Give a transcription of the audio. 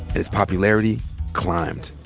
his popularity climbed.